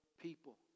people